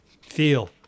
feel